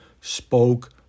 spoke